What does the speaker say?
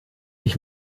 ich